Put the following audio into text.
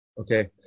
Okay